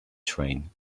train